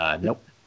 Nope